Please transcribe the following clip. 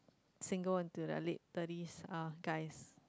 single and to the late thirties uh guys